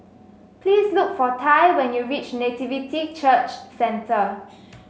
please look for Tai when you reach Nativity Church Centre